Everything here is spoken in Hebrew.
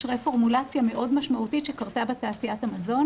רפורמולציה משמעותית מאוד שקרתה בתעשיית המזון.